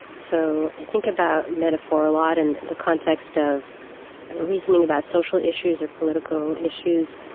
so i think about metaphor a lot in the context of reasoning about social issues or political issues.